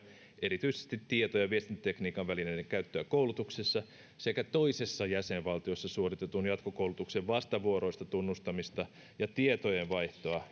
erityisesti tieto ja viestintätekniikan välineiden käyttöä koulutuksessa sekä toisessa jäsenvaltiossa suoritetun jatkokoulutuksen vastavuoroista tunnustamista ja tietojenvaihtoa